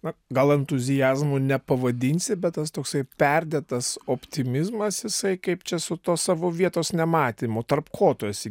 na gal entuziazmu nepavadinsi bet tas toksai perdėtas optimizmas jisai kaip čia su tuo savo vietos nematymu tarp ko tu esi